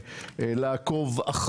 ניתן באבחת עט לסגור כניסה של סוהרות לתפקיד,